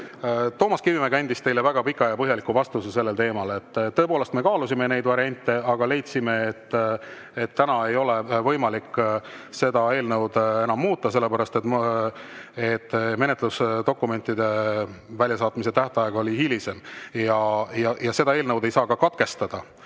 Toomas Kivimägi andis teile väga pika ja põhjaliku vastuse sellel teemal. Tõepoolest, me kaalusime neid variante, aga leidsime, et täna ei ole võimalik seda eelnõu enam muuta, sellepärast et menetlusdokumentide väljasaatmise tähtaeg oli hilisem. Seda [menetlust] ei saa ka katkestada,